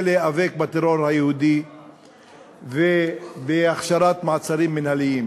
להיאבק בטרור היהודי ובהכשרת מעצרים מינהליים.